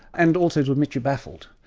and also to admit you're baffled.